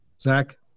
Zach